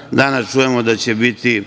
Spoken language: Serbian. kopča. Danas čujemo da će biti